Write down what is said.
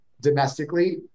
domestically